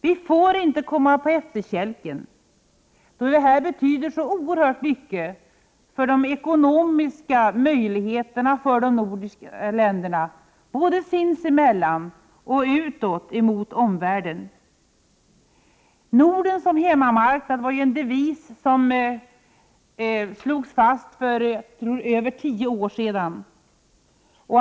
Vi får inte komma på efterkälken, eftersom detta betyder så oerhört mycket för de ekonomiska möjligheterna för de nordiska länderna såväl sinsemellan som utåt i omvärlden. Norden som hemmamarknad var en devis som slogs fast för över tio år sedan.